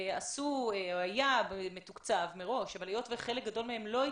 היו מתוקצבות מראש אבל חלק גדול מהן לא התממשו,